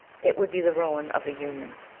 it would be the ruin of the union.